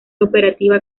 operativa